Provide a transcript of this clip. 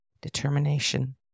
determination